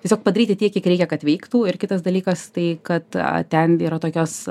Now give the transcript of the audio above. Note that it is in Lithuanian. tiesiog padaryti tiek kiek reikia kad veiktų ir kitas dalykas tai kad ten yra tokios